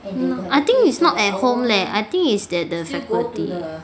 I think is not at home leh I think is that at the faculty